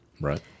Right